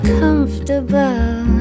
comfortable